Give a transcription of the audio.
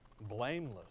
blameless